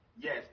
Yes